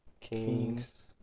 Kings